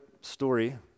story